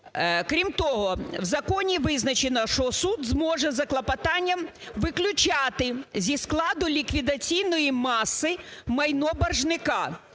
Крім того, в законі визначено, що суд зможе за клопотанням виключати зі складу ліквідаційної маси майно боржника,